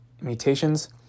mutations